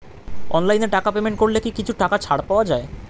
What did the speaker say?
অনলাইনে টাকা পেমেন্ট করলে কি কিছু টাকা ছাড় পাওয়া যায়?